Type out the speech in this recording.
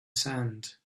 sand